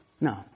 No